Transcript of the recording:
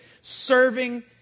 serving